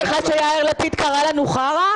להזכיר לך שיאיר לפיד קרא לנו "חרא"?